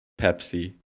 Pepsi